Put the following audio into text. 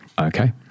okay